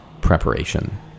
preparation